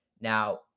Now